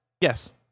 yes